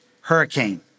hurricane